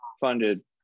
funded